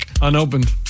Unopened